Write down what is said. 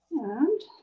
and